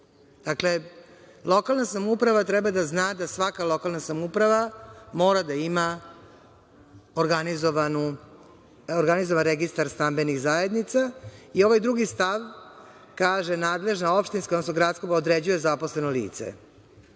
Dakle, lokalna samouprava treba da zna da svaka lokalna samouprava mora da ima organizovan registar stambenih zajednica.I ovaj drugi stav kaže – nadležna opštinska, odnosno